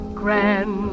grand